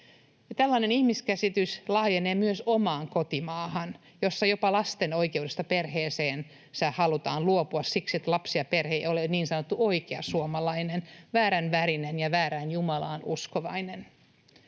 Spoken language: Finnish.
Tällainen ihmiskäsitys laajenee myös omaan kotimaahan, jossa jopa lasten oikeudesta perheeseensä halutaan luopua siksi, että lapsi ja perhe eivät ole niin sanottuja oikeita suomalaisia, vaan väärän värisiä ja väärään jumalaan uskovaisia.